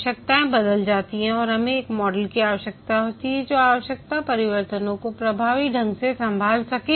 से आवश्यकताएं बदल जाती हैं और हमें एक मॉडल की आवश्यकता होती है जो आवश्यकता परिवर्तनों को प्रभावी ढंग से संभाल सके